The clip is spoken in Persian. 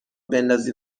بندازی